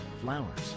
flowers